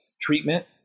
treatment